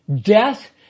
death